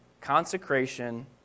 consecration